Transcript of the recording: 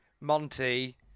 Monty